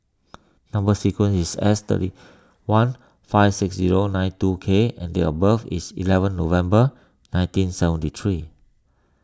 Number Sequence is S thirty one five six zero nine two K and date of birth is eleven November nineteen seventy three